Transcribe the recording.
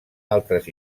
altres